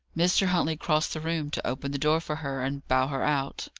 mr. huntley crossed the room to open the door for her, and bow her out.